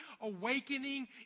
awakening